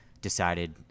decided